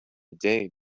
day